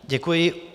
Děkuji.